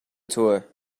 تویه